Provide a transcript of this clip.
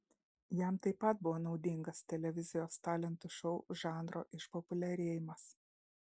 jam taip pat buvo naudingas televizijos talentų šou žanro išpopuliarėjimas